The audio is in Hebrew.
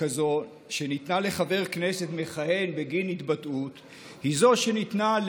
כזו שניתנה לחבר כנסת מכהן בגין התבטאות היא זו שניתנה,